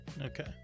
Okay